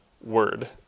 word